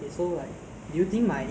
to me for your